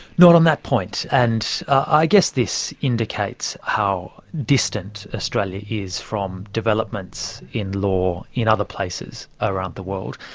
not on that point, and i guess this indicates how distant australia is from developments in law in other places around the world.